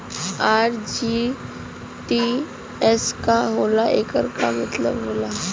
RTGS का होला एकर का मतलब होला?